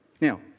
Now